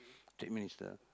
trade minister